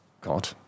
God